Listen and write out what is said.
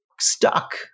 Stuck